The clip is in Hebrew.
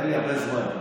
אין לי הרבה זמן.